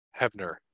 Hebner